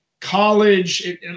College